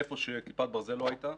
איפה שכיפת ברזל לא הייתה,